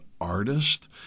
artist